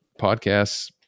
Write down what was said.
podcasts